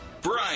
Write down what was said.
Brian